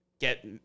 get